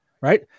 right